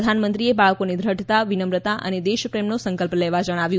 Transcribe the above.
પ્રધાનમંત્રી બાળકોને દ્રઢતા વિનમ્રતા અને દેશ પ્રેમનો સંકલ્પ લેવા જણાવ્યું